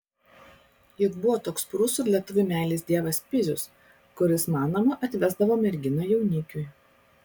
juk buvo toks prūsų ir lietuvių meilės dievas pizius kuris manoma atvesdavo merginą jaunikiui